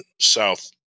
south